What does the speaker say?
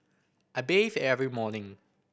I bathe every morning